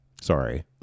Sorry